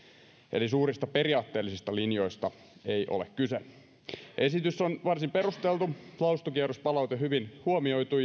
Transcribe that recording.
eli suurista periaatteellisista linjoista ei ole kyse esitys on varsin perusteltu lausuntokierrospalaute hyvin huomioitu